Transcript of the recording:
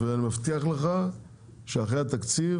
ואני מבטיח לך שאחרי התקציב,